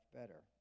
better